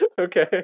okay